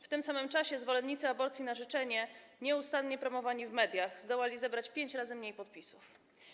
W tym samym czasie zwolennicy aborcji na życzenie - nieustannie promowani w mediach - zdołali zebrać pięć razy mniej podpisów.